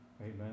Amen